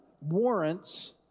warrants